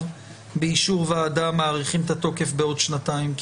באישור ועדה מאריכים את התוקף בעוד שנתיים?